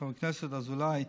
חבר הכנסת אזולאי,